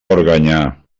organyà